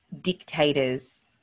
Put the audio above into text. dictators